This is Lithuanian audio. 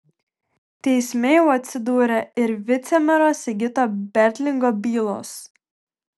teisme jau atsidūrė ir vicemero sigito bertlingo bylos